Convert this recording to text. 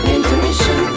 Intermission